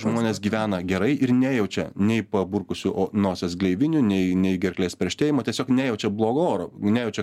žmonės gyvena gerai ir nejaučia nei paburkusių nosies gleivinių nei nei gerklės perštėjimo tiesiog nejaučia blogo oro nejaučia